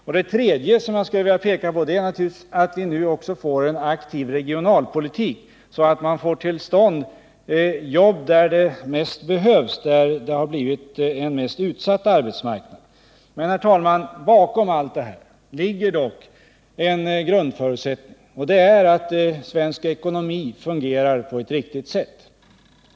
En tredje väg som jag skulle vilja peka på är att skapa en aktiv regionalpolitik, så att man får fram jobb där de mest behövs, där arbetsmarknaden är mest utsatt. Men, herr talman, en grundförutsättning för allt detta är att svensk ekonomi fungerar på ett riktigt sätt.